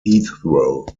heathrow